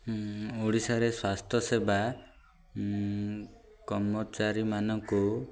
ଓଡ଼ିଶାରେ ସ୍ୱାସ୍ଥ୍ୟ ସେବା କର୍ମଚାରୀମାନଙ୍କୁ